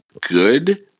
good